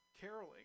caroling